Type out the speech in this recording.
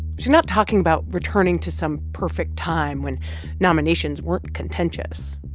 she's not talking about returning to some perfect time when nominations weren't contentious.